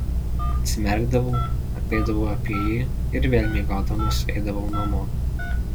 atsimerkdavau apeidavau apie jį ir vėl miegodamas eidavau namo